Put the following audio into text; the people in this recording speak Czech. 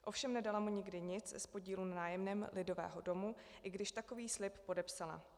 Ovšem nedala mu nikdy nic z podílu na nájemném Lidového domu, i když takový slib podepsala.